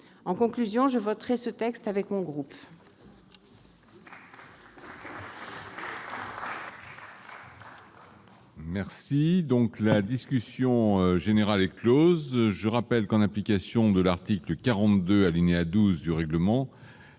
En conclusion, je voterai ce texte, avec les autres